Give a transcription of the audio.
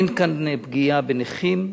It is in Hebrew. אין כאן פגיעה בנכים.